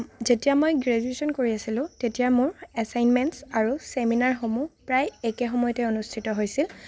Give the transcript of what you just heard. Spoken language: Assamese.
যেতিয়া মই গ্ৰেছুৱেচন কৰি আছিলো তেতিয়া মোৰ এছাইনমেন্টছ আৰু চেমিনাৰসমূহ প্ৰায়ে একে সময়তে অনুষ্ঠিত হৈছিল